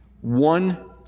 One